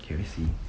can you see